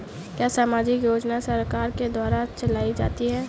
क्या सामाजिक योजना सरकार के द्वारा चलाई जाती है?